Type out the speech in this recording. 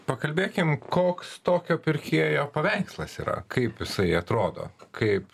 pakalbėkim koks tokio pirkėjo paveikslas yra kaip jisai atrodo kaip